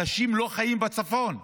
אנשים לא חיים בצפון.